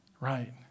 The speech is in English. Right